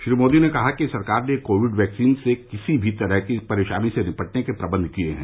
श्री मोदी ने कहा कि सरकार ने कोविड वैक्सीन से किसी भी तरह की परेशानी से निपटने के प्रबंध किए हैं